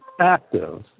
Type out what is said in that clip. active